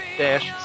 dash